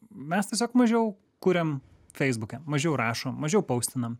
mes tiesiog mažiau kuriam feisbuke mažiau rašom mažiau paustinam